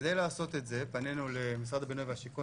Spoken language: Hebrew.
כדי לעשות את זה פנינו למשרד הבינוי והשיכון